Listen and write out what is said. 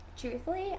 truthfully